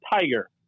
tiger